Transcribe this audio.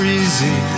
easy